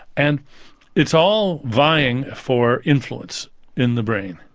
and it's all vying for influence in the brain.